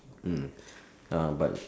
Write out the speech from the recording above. hmm ah but